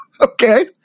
Okay